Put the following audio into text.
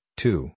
two